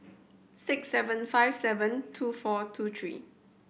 six seven five seven two four two three